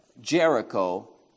Jericho